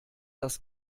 das